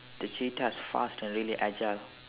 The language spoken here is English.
the cheetah is fast and really agile